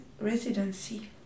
residency